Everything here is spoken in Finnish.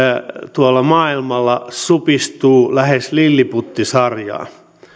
tuolla maailmalla supistuu lähes lilliputtisarjaan